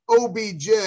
OBJ